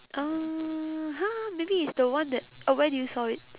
(uh huh) maybe it's the one that oh where did you saw it